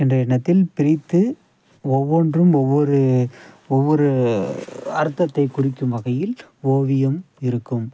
என்ற எண்ணத்தில் பிரித்து ஒவ்வொன்றும் ஒவ்வொரு ஒவ்வொரு அர்த்தத்தைக் குறிக்கும் வகையில் ஓவியம் இருக்கும்